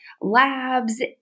labs